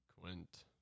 Quint